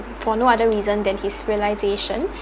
for no other reason than his realisation